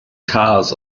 cars